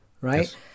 Right